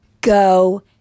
Go